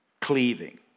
cleaving